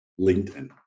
LinkedIn